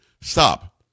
stop